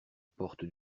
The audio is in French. porte